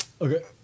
okay